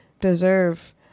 deserve